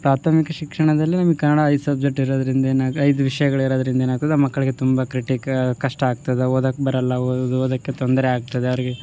ಪ್ರಾಥಮಿಕ ಶಿಕ್ಷಣದಲ್ಲಿ ನಮಗ್ ಕನ್ನಡ ಐದು ಸಬ್ಜೆಟ್ ಇರೋದರಿಂದ ಏನಾಗಿ ಐದು ವಿಷಯಗಳ್ ಇರೋದರಿಂದ ಏನಾಗ್ತದೆ ಆ ಮಕ್ಕಳಿಗೆ ತುಂಬ ಕ್ರಿಟಿಕ ಕಷ್ಟ ಆಗ್ತದೆ ಓದೊಕ್ ಬರೊಲ್ಲ ಅವು ಓದೊಕ್ಕೆ ತೊಂದರೆ ಆಗ್ತದೆ ಅವರಿಗೆ